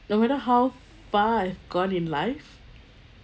no matter how far I've gone in life